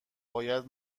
باید